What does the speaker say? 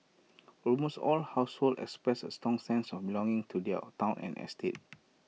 almost all household expressed A strong sense of belonging to their Town and estate